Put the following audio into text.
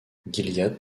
gilliatt